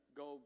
go